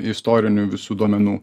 istorinių visų duomenų